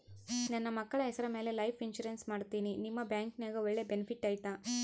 ನನ್ನ ಮಕ್ಕಳ ಹೆಸರ ಮ್ಯಾಲೆ ಲೈಫ್ ಇನ್ಸೂರೆನ್ಸ್ ಮಾಡತೇನಿ ನಿಮ್ಮ ಬ್ಯಾಂಕಿನ್ಯಾಗ ಒಳ್ಳೆ ಬೆನಿಫಿಟ್ ಐತಾ?